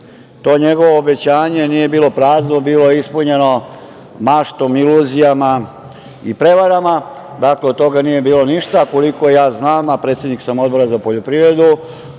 To njegovo obećanje nije bilo prazno, bilo je ispunjeno maštom, iluzijama i prevarama, dakle, od toga nije bilo ništa, koliko ja znam, a predsednik sa Odbora za poljoprivredu,